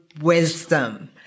Wisdom